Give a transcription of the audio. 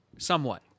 somewhat